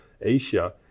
Asia